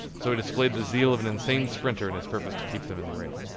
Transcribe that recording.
so he displayed the zeal of an insane sprinter in his purpose to keep them in the rear.